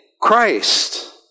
Christ